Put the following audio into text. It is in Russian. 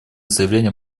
заявления